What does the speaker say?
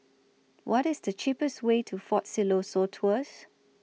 What IS The cheapest Way to Fort Siloso Tours